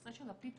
בנושא של P-TO-P,